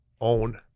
Own